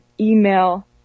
email